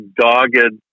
dogged